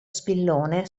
spillone